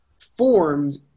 formed